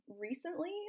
recently